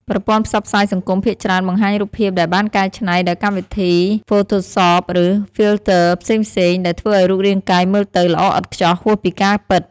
ប្រព័ន្ធផ្សព្វផ្សាយសង្គមភាគច្រើនបង្ហាញរូបភាពដែលបានកែច្នៃដោយកម្មវិធី ផូថូសប ឬ ហ្វីលធ័រ ផ្សេងៗ ដែលធ្វើឲ្យរូបរាងកាយមើលទៅល្អឥតខ្ចោះហួសពីការពិត។